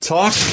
talk